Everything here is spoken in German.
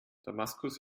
damaskus